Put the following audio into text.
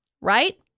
right